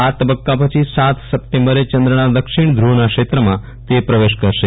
આ તબક્કા પછી સાત સપ્ટેમ્બરે ચંદ્રના દક્ષીણ ધુવના ક્ષેત્રમાં તે પ્રવેશ કરશે